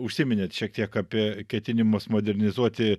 užsiminėt šiek tiek apie ketinimus modernizuoti